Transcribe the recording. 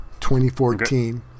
2014